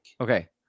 okay